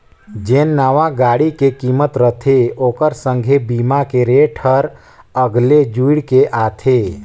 जेन नावां गाड़ी के किमत रथे ओखर संघे बीमा के रेट हर अगले जुइड़ के आथे